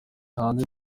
hanze